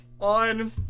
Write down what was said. on